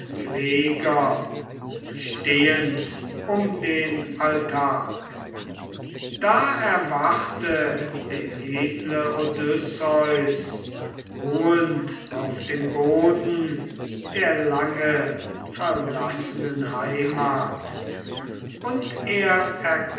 stehend um den altar da erwachte der edle odysseus ruhend auf dem boden der lange verlassenen heimat und er